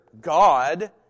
God